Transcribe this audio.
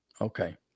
Okay